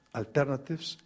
alternatives